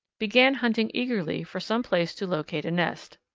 began hunting eagerly for some place to locate a nest.